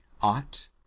ought